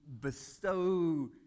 bestow